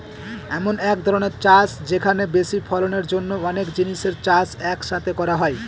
এমন এক ধরনের চাষ যেখানে বেশি ফলনের জন্য অনেক জিনিসের চাষ এক সাথে করা হয়